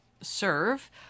serve